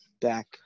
back